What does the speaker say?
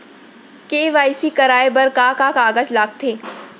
KYC कराये बर का का कागज लागथे?